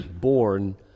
born